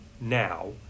now